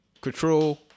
Control